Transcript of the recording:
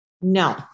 No